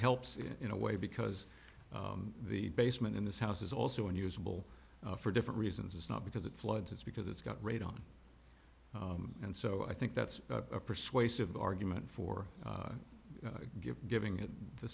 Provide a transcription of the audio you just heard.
helps in a way because the basement in this house is also unusable for different reasons it's not because it floods it's because it's got radon and so i think that's a persuasive argument for get giving it t